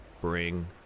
bring